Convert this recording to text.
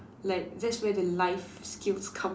like that's where the life skills come